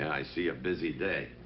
i see. a busy day.